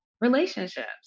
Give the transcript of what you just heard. Relationships